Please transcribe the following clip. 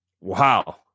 Wow